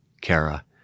Kara